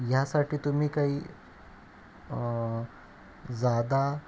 ह्यासाठी तुम्ही काही जादा